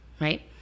right